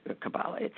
Kabbalah